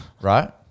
right